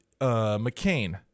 McCain